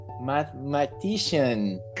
mathematician